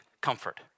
comfort